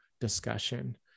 discussion